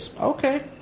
Okay